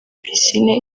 pisine